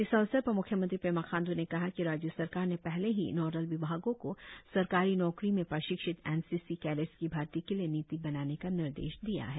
इस अवसर म्ख्यमंत्री पेमा खांड् ने कहा कि राज्य सरकार ने पहले ही नोडल विभागो को सरकारी नौकरी में प्रशिक्षित एन सी सी कैडेट्स की भर्ती के लिए नीति बनाने का निर्देश दिया है